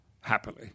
happily